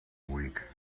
week